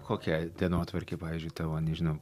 kokia dienotvarkė pavyzdžiui tavo nežinau